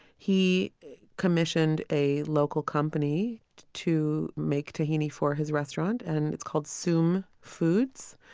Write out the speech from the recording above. he commissioned a local company to make tahini for his restaurant and it's called soom foods.